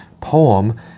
poem